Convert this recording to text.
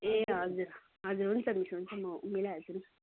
ए हजुर हजुर हुन्छ मिस हुन्छ म मिलाइहाल्छु नि